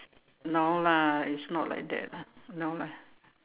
no lah it's not like that ah no lah